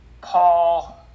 Paul